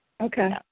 Okay